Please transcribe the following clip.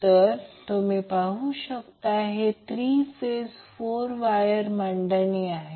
तर तुम्ही पाहू शकता हे 3 फेज 4 वायर मांडणी आहे